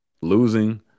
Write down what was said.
losing